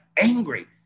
angry